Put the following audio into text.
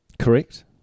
correct